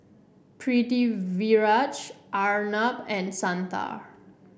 Pritiviraj Arnab and Santha